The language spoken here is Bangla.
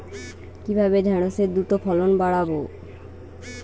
কিভাবে ঢেঁড়সের দ্রুত ফলন বাড়াব?